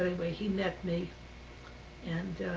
anyway, he met me and